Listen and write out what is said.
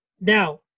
Now